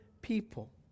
people